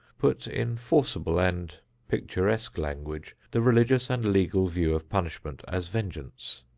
put in forcible and picturesque language the religious and legal view of punishment as vengeance